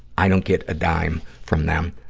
i don't get a dime from them.